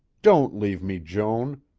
don't leave me, joan!